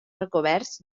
recoberts